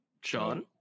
Sean